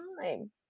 time